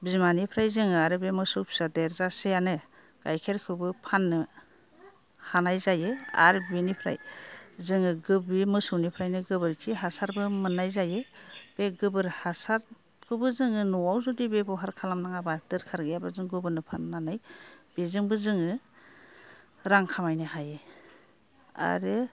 बिमानिफ्राय जोङो आरो बे मोसौ फिसा देरजासेयानो गाइखेरखौबो फाननो हानाय जायो आर बिनिफ्राय जोङो गोब बे मोसौनिफ्रायनो गोबोरखि हासारबो मोनाय जायो बे गोबोर हासारखौबो जोङो न'आव जुदि बेबहार खालामनाङाबा दोरखार गैयाबा जों गुबुननो फाननानै बेजोंबो जोङो रां खामायनो हायो आरो